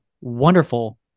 wonderful